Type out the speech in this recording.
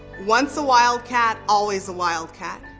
once a wildcat, always a wildcat,